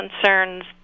concerns